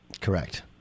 Correct